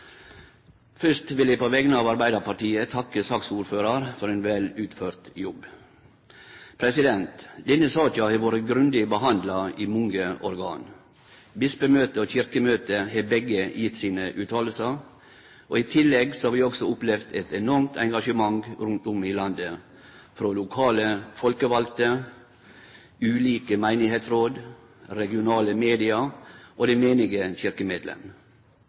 Først vil eg på vegner av Arbeidarpartiet takke saksordføraren for ein vel utført jobb. Denne saka har vore grundig behandla i mange organ. Bispemøtet og Kyrkjemøtet har begge gitt sine uttaler. I tilegg har vi også opplevd eit enormt engasjement rundt om i landet frå lokale folkevalde, ulike sokneråd, regionale media og